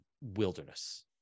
wilderness